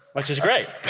which is great